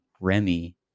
Remy